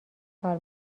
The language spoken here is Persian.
کار